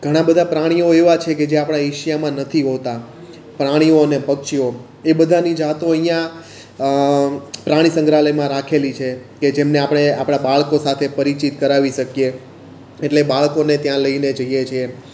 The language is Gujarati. ઘણા બધા પ્રાણીઓ એવા છે કે આપણા એશિયામાં નથી હોતા પ્રાણીઓ અને પક્ષીઓ એ બધાની જાતો અહીંયાં પ્રાણી સંગ્રહાલયમાં રાખેલી છે કે જેમને આપણે આપણાં બાળકો સાથે પરિચિત કરાવી શકીએ એટલે બાળકોને ત્યાં લઈને જઈએ છીએ